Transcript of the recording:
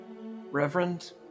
reverend